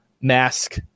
mask